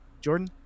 Jordan